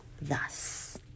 thus